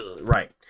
Right